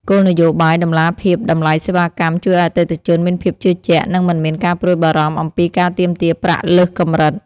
គោលនយោបាយតម្លាភាពតម្លៃសេវាកម្មជួយឱ្យអតិថិជនមានភាពជឿជាក់ និងមិនមានការព្រួយបារម្ភអំពីការទាមទារប្រាក់លើសកម្រិត។